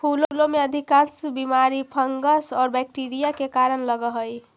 फूलों में अधिकांश बीमारी फंगस और बैक्टीरिया के कारण लगअ हई